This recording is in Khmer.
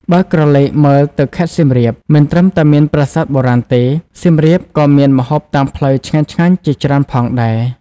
បើក្រឡេកមើលទៅខេត្តសៀមរាប មិនត្រឹមតែមានប្រាសាទបុរាណទេ សៀមរាបក៏មានម្ហូបតាមផ្លូវឆ្ងាញ់ៗជាច្រើនផងដែរ ។